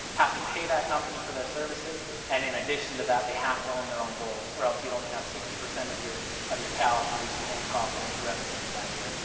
have to pay that company for their services and in addition to that they have to own their own bulls, or else you'd only have sixty percent of your of your cows producing any profit, any revenue for that year.